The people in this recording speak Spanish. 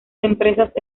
empresas